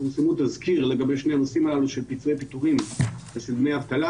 פורסם תזכיר לגבי שני הנושאים הללו של כתבי פיטורים ושל דמי אבטלה.